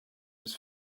his